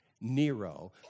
Nero